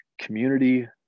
community